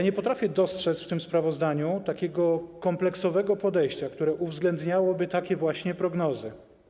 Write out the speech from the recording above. Nie potrafię dostrzec w tym sprawozdaniu takiego kompleksowego podejścia, które uwzględniałoby takie właśnie prognozy.